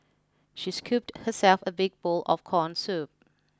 she scooped herself a big bowl of corn soup